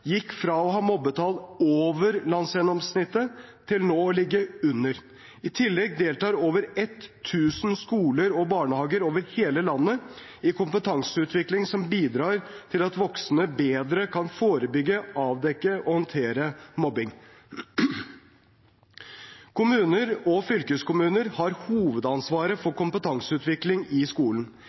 gikk fra å ha mobbetall over landsgjennomsnittet til nå å ligge under. I tillegg deltar over 1 000 skoler og barnehager over hele landet i kompetanseutvikling som bidrar til at voksne bedre kan forebygge, avdekke og håndtere mobbing. Kommuner og fylkeskommuner har hovedansvaret for kompetanseutvikling i skolen.